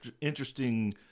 interesting